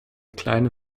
kleine